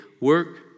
work